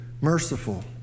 merciful